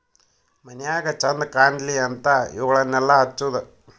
ಮನ್ಯಾಗ ಚಂದ ಕಾನ್ಲಿ ಅಂತಾ ಇವುಗಳನ್ನಾ ಹಚ್ಚುದ